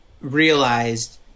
realized